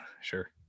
sure